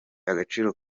agaciro